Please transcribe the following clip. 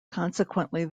consequently